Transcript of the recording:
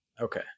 Okay